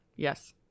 Yes